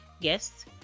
Guests